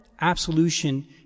absolution